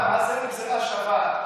מה זה גזרה שווה?